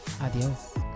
Adios